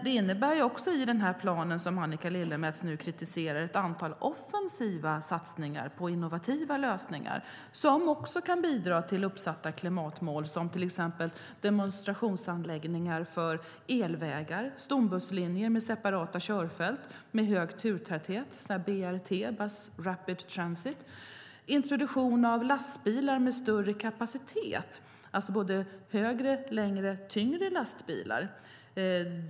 Det innebär i den plan som Annika Lillemets kritiserar ett antal offensiva satsningar på innovativa lösningar som också kan bidra till att nå uppsatta klimatmål, till exempel demonstrationsanläggningar för elvägar, stombusslinjer med separata körfält med stor turtäthet, BRT, bus rapid transit, introduktion av lastbilar med större kapacitet, alltså högre, längre och tyngre lastbilar.